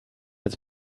als